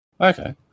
Okay